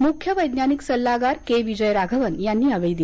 मुख्य वैज्ञानिक सल्लागार के विजय राघवन यांनी यावेळी दिला